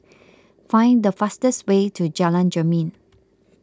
find the fastest way to Jalan Jermin